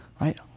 right